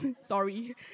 Sorry